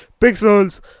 pixels